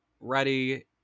ready